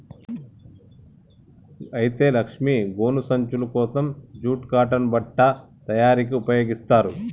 అయితే లక్ష్మీ గోను సంచులు కోసం జూట్ కాటన్ బట్ట తయారీకి ఉపయోగిస్తారు